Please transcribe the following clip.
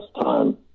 time